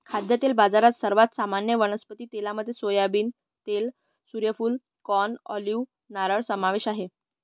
खाद्यतेल बाजारात, सर्वात सामान्य वनस्पती तेलांमध्ये सोयाबीन तेल, सूर्यफूल, कॉर्न, ऑलिव्ह, नारळ समावेश आहे